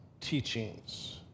teachings